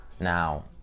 Now